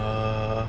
uh